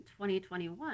2021